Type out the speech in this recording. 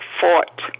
fought